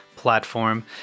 platform